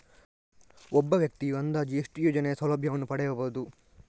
ಒಬ್ಬ ವ್ಯಕ್ತಿಯು ಅಂದಾಜು ಎಷ್ಟು ಯೋಜನೆಯ ಸೌಲಭ್ಯವನ್ನು ಪಡೆಯಬಹುದು?